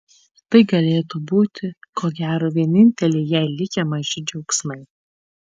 tai galėtų būti ko gero vieninteliai jai likę maži džiaugsmai